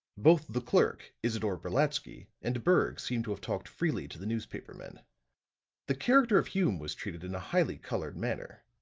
both the clerk, isidore brolatsky, and berg seemed to have talked freely to the newspapermen. the character of hume was treated in a highly colored manner.